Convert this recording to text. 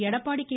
Edappadi K